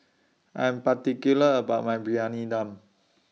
I'm particular about My Briyani Dum